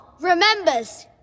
remembers